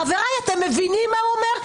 חבריי, אתם מבינים מה הוא אומר?